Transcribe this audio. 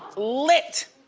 lit.